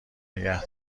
نگه